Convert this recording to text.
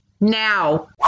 Now